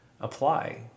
apply